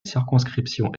circonscription